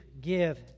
give